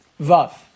Vav